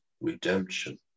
redemption